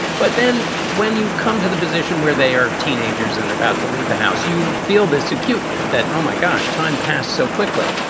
but then when you come to the position where they are teenagers and about to leave the house, you feel this acutely that, oh, my gosh, time passed so quickly.